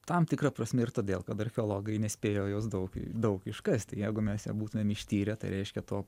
tam tikra prasme ir todėl kad archeologai nespėjo jos daug daug iškasti jeigu mes ją būtumėm ištyrę tai reiškia to